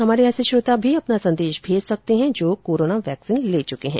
हमारे ऐसे श्रोता भी अपना संदेश भेज सकते हैं जो कोरोना वैक्सीन ले चुके हैं